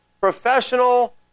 professional